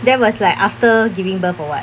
that was like after giving birth or what